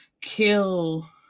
kill